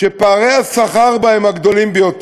מבחינת פערי השכר הגדולים בה.